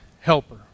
Helper